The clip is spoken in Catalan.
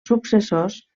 successors